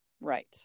Right